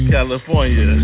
California